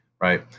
Right